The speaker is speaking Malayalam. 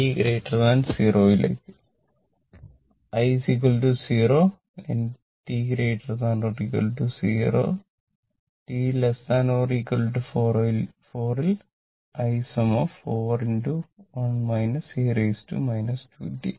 t0 ലേക്ക് i0 t 0 t 4 ലേക്ക് i 4